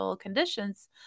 conditions